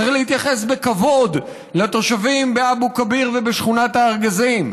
צריך להתייחס בכבוד לתושבים באבו כביר ובשכונת הארגזים.